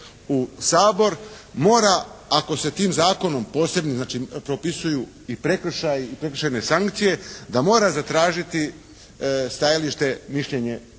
u Sabor, mora ako se tim zakonom posebnim znači propisuju i prekršaji i prekršajne sankcije da mora zatražiti stajalište, mišljenje